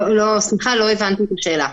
סליחה, לא הבנתי את השאלה.